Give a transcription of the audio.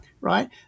right